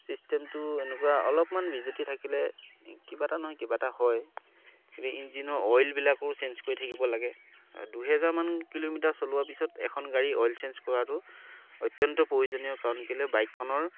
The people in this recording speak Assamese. চিষ্টেমটো এনেকুৱা অলপমান বিজুতি থাকিলে কিবা এটা নহয় কিবা এটা হয় ইঞ্জিনৰ অইল বিলাকো চেঞ্জ কৰি থাকিব লাগে দুহেজাৰমান কিলোমিটাৰ চলোৱাৰ পিছত এখন গাড়ী অইল চেঞ্জ কৰাটো অত্যন্ত প্ৰয়োজনীয় কাৰণ কেলে বাইকখনৰ